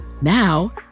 Now